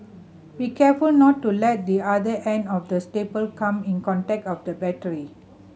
be careful not to let the other end of the staple come in contact of the battery